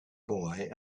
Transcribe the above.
boy